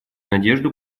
надежду